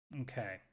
Okay